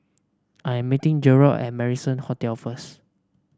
I am meeting Gerard at Marrison Hotel first